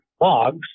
logs